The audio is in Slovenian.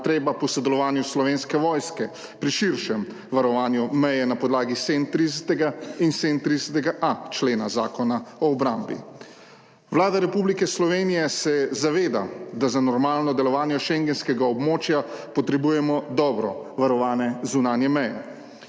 potreba po sodelovanju Slovenske vojske pri širšem varovanju meje na podlagi 37. in 37.a člena Zakona o obrambi. Vlada Republike Slovenije se zaveda, da za normalno delovanje schengenskega območja potrebujemo dobro varovane zunanje meje,